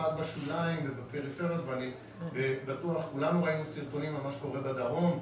במיוחד בשוליים ובפריפריות ובטוח שכולנו סרטונים על מה שקורה בדרום,